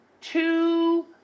two